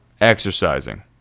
exercising